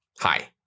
Hi